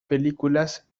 películas